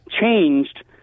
changed